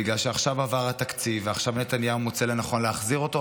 בגלל שעכשיו עבר התקציב ועכשיו נתניהו מוצא לנכון להחזיר אותו,